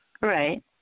Right